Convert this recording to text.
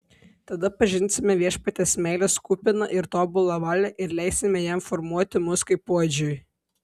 tada pažinsime viešpaties meilės kupiną ir tobulą valią ir leisime jam formuoti mus kaip puodžiui